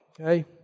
Okay